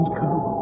come